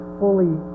fully